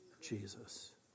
Jesus